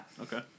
Okay